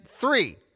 three